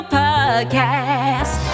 podcast